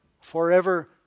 forever